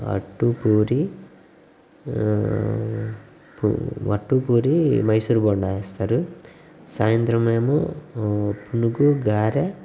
అట్టు పూరి పూ అట్టు పూరి మైసూర్ బోండా వేస్తారు సాయంత్రం ఏమో పునుగు గారె